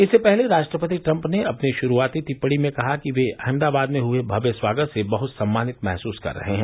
इससे पहले राष्ट्रपति ट्रंप ने अपनी शुरूआती टिप्पणी में कहा कि वे अहमदाबाद में हुए भव्य स्वागत से बहुत सम्मानित अनुभव कर रहे हैं